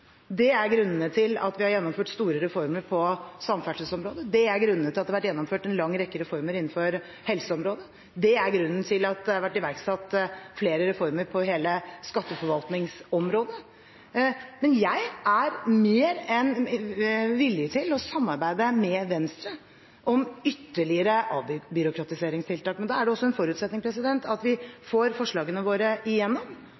Det er en av grunnene til at vi har gjennomført store reformer på samferdselsområdet. Det er en av grunnene til at vi har gjennomført en lang rekke reformer innenfor helseområdet. Det er en av grunnene til at det har vært iverksatt flere reformer på hele skatteforvaltningsområdet. Jeg er mer enn villig til å samarbeide med Venstre om ytterligere avbyråkratiseringstiltak, men da er det også en forutsetning at vi får forslagene våre igjennom.